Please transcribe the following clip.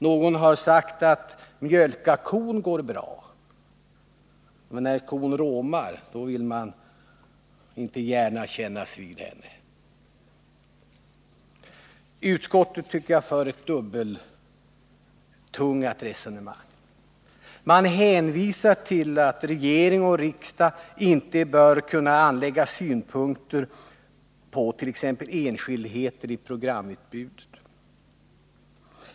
Någon har sagt: att mjölka kon går bra, men när kon råmar då vill man inte gärna kännas vid henne. Jag tycker att utskottet för ett dubbeltungat resonemang. Man hänvisar till att regering och riksdag inte bör kunna anlägga synpunkter på t.ex. enskildheter i programutbudet.